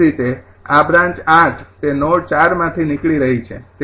એ જ રીતે આ બ્રાન્ચ ૮ તે નોડ ૪ માંથી નીકળી રહી છે